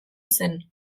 zen